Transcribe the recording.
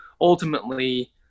ultimately